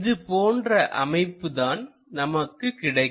இதுபோன்ற அமைப்பு தான் நமக்கு கிடைக்கும்